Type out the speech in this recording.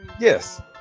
Yes